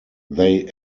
they